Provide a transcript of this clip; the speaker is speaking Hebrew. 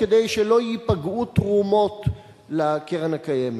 כדי שלא ייפגעו תרומות לקרן הקיימת.